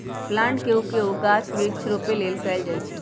plant के उपयोग गाछ वृक्ष रोपे लेल कएल जाइ छइ